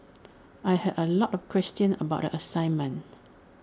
I had A lot of questions about the assignment